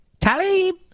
Talib